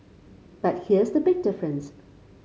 but here's the big difference